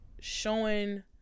showing